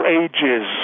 ages